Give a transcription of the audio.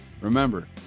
Remember